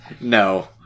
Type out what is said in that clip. No